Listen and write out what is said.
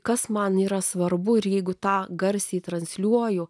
kas man yra svarbu ir jeigu tą garsiai transliuoju